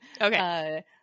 Okay